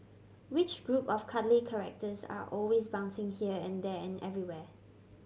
which group of cuddly characters are always bouncing here and there and everywhere